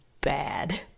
bad